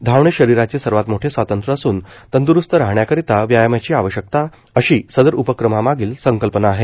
धावणे शरिराचे सर्वात मोठे स्वातंत्र असून तंदरुस्त राहण्याकरीता व्यायामाची आवश्यकता अशी सदर उपक्रमामागील संकल्पना आहे